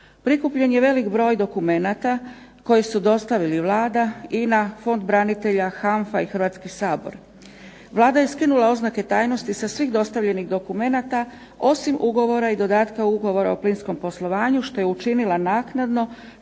Prikupljen je veliki broj dokumenata koji su dostavili Vlada, INA, Fond branitelja, HANFA i Hrvatski sabor. Vlada je skinula oznake Tajnosti sa svih dokumenata osim ugovora i dodatka ugovora o plinskom poslovanju što je učinila naknadno